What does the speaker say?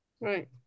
Right